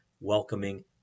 welcoming